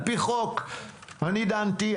על-פי חוק אני דנתי,